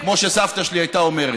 כמו שסבתא שלי הייתה אומרת,